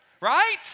right